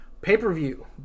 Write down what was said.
pay-per-view